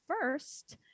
first